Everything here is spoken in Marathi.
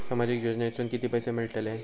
सामाजिक योजनेतून किती पैसे मिळतले?